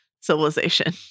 civilization